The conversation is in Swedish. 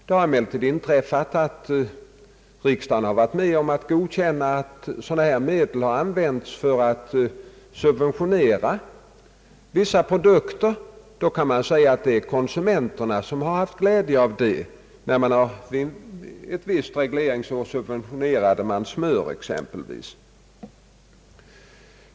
Det har emellertid inträffat att riksdagen godkänt användning av sådana medel för subventionering av vissa produkter, exempelvis smör ett visst regleringsår. Då får man säga att det är konsumenterna som haft glädje av detta.